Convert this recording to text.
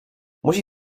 musi